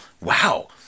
wow